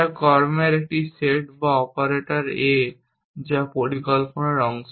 যা কর্মের একটি সেট বা অপারেটর A যা পরিকল্পনার অংশ